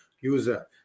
user